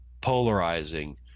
polarizing